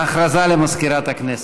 הודעה למזכירת הכנסת.